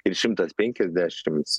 ir šimtas penkiasdešimts